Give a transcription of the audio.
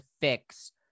fix